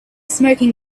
smoking